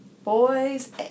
boys